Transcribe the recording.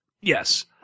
Yes